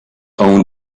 own